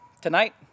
Tonight